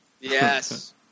Yes